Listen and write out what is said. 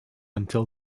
until